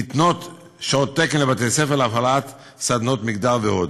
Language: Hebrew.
ניתנות שעות תקן לבתי-ספר להפעלת סדנאות מגדר ועוד.